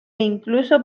incluso